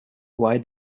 why